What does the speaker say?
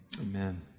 Amen